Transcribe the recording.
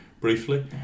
briefly